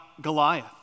Goliath